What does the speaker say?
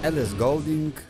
eliz gauving